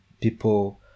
people